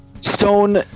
stone